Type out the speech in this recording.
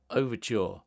Overture